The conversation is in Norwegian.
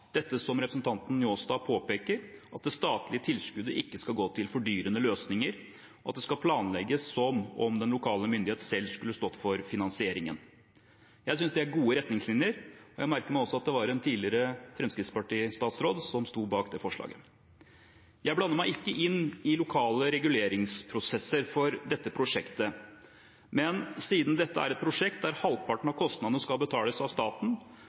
statlige tilskuddet ikke skal gå til fordyrende løsninger, at det skal planlegges som om den lokale myndighet selv skulle stått for finansieringen. Jeg synes det er gode retningslinjer, og jeg merker meg også at det var en tidligere Fremskrittsparti-statsråd som sto bak det forslaget. Jeg blander meg ikke inn i lokale reguleringsprosesser for dette prosjektet, men siden dette er et prosjekt der halvparten av kostnadene skal betales av staten